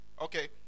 Okay